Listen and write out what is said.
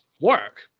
work